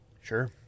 Sure